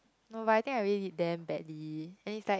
no but I think I really did damn badly and it's like